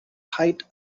height